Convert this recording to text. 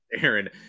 Aaron